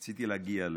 רציתי להגיע אליו.